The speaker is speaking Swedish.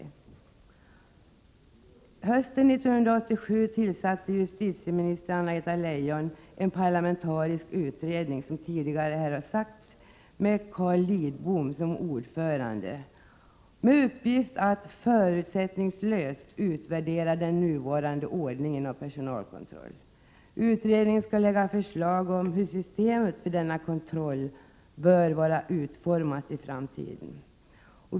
öm Hösten 1987 tillsatte justitieminister Anna-Greta Leijon en parlamentarisk utredning, som tidigare har sagts här, med Carl Lidbom som ordförande, med uppgift att bl.a. förutsättningslöst utvärdera den nuvarande ordningen = Vissasäkerhetsfrågor för personalkontroll. Utredningen skall lägga fram förslag om hur systemet för denna kontroll bör vara utformat i framtiden.